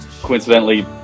coincidentally